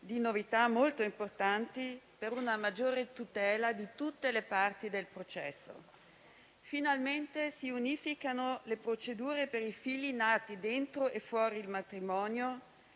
di novità molto importanti per una maggiore tutela di tutte le parti del processo. Finalmente si unificano le procedure per i figli nati dentro e fuori il matrimonio,